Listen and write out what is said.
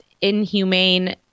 inhumane